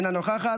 אינה נוכחת.